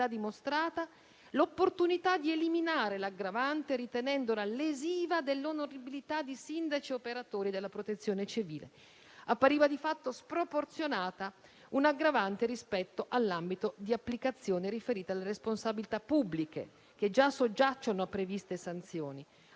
dimostrata, l'opportunità di eliminare l'aggravante ritenendola lesiva dell'onorabilità di sindaci e operatori della Protezione civile. Appariva di fatto sproporzionata un'aggravante rispetto all'ambito di applicazione riferita alle responsabilità pubbliche che già soggiacciono a previste sanzioni,